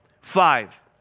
Five